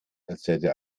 erzählte